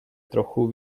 trochu